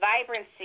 vibrancy